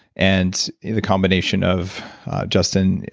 and the the combination of justin,